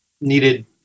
needed